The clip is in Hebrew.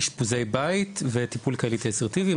אשפוזי בית וטיפול קהילתי אסרטיבי,